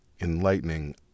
enlightening